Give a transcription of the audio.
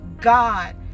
God